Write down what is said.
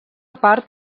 part